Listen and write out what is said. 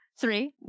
Three